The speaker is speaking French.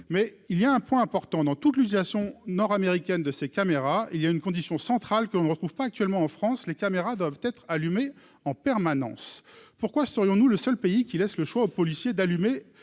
mais il y a un point important dans tout Clusaz sont nord-américaine de ces caméras, il y a une condition centrale qu'on ne retrouve pas actuellement en France, les caméras doivent être allumé en permanence, pourquoi serions-nous le seul pays qui laisse le choix aux policiers d'allumer